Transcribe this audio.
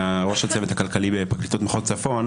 ראש הצוות הכלכלי בפרקליטות מחוז צפון.